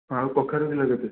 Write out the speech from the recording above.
ଆଉ କଖାରୁ କିଲୋ କେତେ